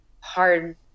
hard